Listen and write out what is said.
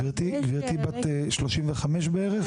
גברתי בת 35 בערך?